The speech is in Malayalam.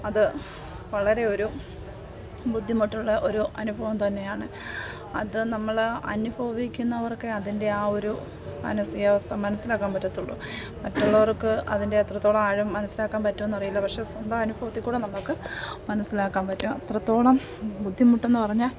അത് വളരെ ഒരു ബുദ്ധിമുട്ടുള്ള ഒരു അനുഭവം തന്നെയാണ് അതു നമ്മൾ അനുഭവിക്കുന്നവർക്കേ അതിന്റെ ആ ഒരു മാനസികാവസ്ഥ മനസ്സിലാക്കാൻ പറ്റത്തുള്ളു മറ്റുള്ളവർക്ക് അതിന്റെ അത്രത്തോളം ആഴം മനസ്സിലാക്കാൻ പറ്റുമോ എന്നറിയില്ല പക്ഷേ സ്വന്തം അനുഭവത്തിൽക്കൂടി നമ്മൾക്ക് മനസ്സിലാക്കാൻ പറ്റും അത്രത്തോളം ബുദ്ധിമുട്ടെന്ന് പറഞ്ഞാൽ